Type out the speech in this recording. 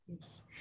Yes